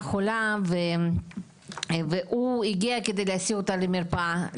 חולה והוא הגיע כדי להסיע אותה למרפאה.